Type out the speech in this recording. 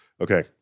Okay